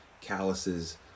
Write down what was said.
calluses